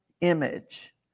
image